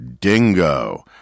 Dingo